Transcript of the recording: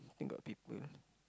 then got people